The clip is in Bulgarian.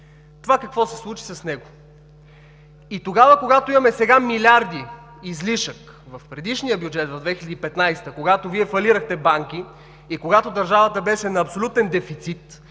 и какво се случи с него. Когато сега имаме милиарди излишък, в предишния Бюджет 2015, когато фалирахте банки и когато държавата беше на абсолютен дефицит,